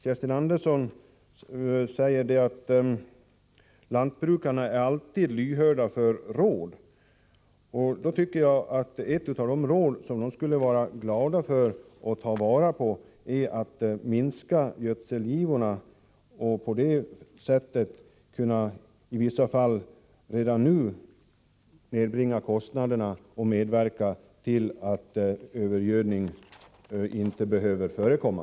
Kerstin Andersson säger att lantbrukarna alltid är lyhörda för råd. Då tycker jag att ett av de råd som de skulle vara glada för och ta vara på är att minska gödselgivorna. På det sättet skulle lantbrukarna i vissa fall redan nu kunna nedbringa kostnaderna och medverka till att övergödning inte behöver förekomma.